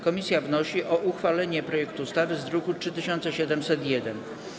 Komisja wnosi o uchwalenie projektu ustawy z druku nr 3701.